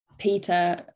Peter